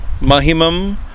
mahimam